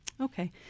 Okay